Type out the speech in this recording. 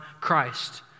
Christ